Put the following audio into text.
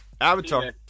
Avatar